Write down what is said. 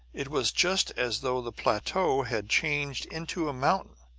it was just as though the plateau had changed into a mountain,